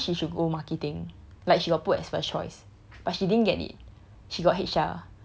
supposedly she should go marketing like she got put as first choice but she didn't get it